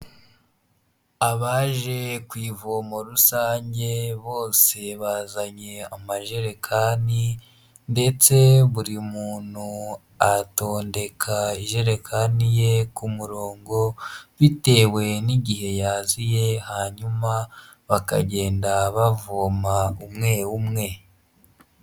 Abaje ku ivomo rusange bose bazanye amajerekani ndetse buri muntu atondeka ijerekani ye ku murongo bitewe n'igihe yaziye hanyuma bakagenda bavoma umwe, umwe.